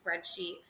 spreadsheet